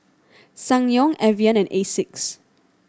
Ssangyong Evian and Asics